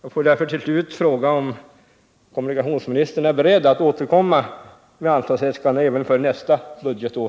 Jag får därför till slut fråga om kommunikationsministern är beredd att återkomma med ett anslagsäskande även för nästa budgetår.